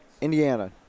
indiana